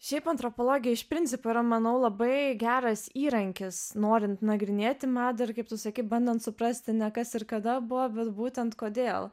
šiaip antropologija iš principo yra manau labai geras įrankis norint nagrinėti madą ir kaip tu sakei bandant suprasti ne kas ir kada buvo bet būtent kodėl